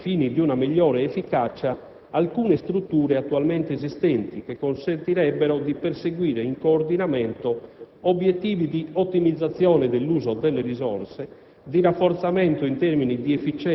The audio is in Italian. volte a razionalizzare, ai fini di una migliore efficacia, alcune strutture attualmente esistenti, che consentirebbero di perseguire in coordinamento obiettivi di ottimizzazione dell'uso delle risorse,